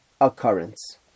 occurrence